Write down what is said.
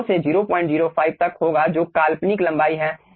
0 से 005 तक होगा जो काल्पनिक लंबाई है